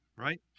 Right